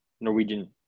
Norwegian